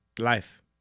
Life